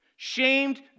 Shamed